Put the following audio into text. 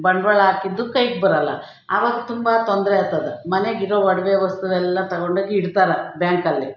ಬಂಡವಾಳ ಹಾಕಿದ್ದು ಕೈಗೆ ಬರಲ್ಲ ಆವಾಗ ತುಂಬ ತೊಂದರೆ ಆಗ್ತದೆ ಮನೇಗಿರೋ ಒಡವೆ ವಸ್ತು ಎಲ್ಲ ತಗೊಂಡೋಗಿ ಇಡ್ತಾರೆ ಬ್ಯಾಂಕಲ್ಲಿ